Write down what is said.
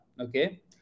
Okay